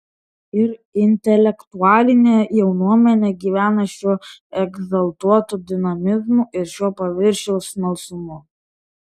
ir intelektualinė jaunuomenė gyvena šiuo egzaltuotu dinamizmu ir šiuo paviršiaus smalsumu